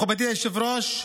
מכובדי היושב-ראש,